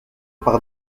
par